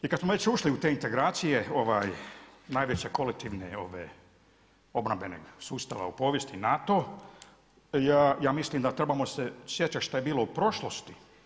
I kad smo već ušli u te integracije, najvećeg kolektivnog obrambenog sustava u povijesti, NATO, ja mislim da trebamo se sjećati šta je bilo u prošlosti.